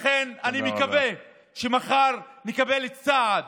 אני מקווה שמחר נקבל סעד